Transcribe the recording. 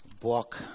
book